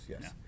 yes